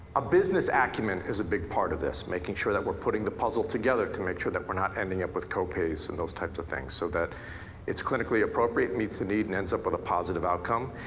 a business acumen is a big part of this, making sure that we're putting the puzzle together to make sure that we're not ending up with co-pays and those type of things. so that it's clinically appropriate, meets the need and ends up on a positive outcome.